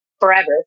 forever